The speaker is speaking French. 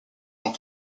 tant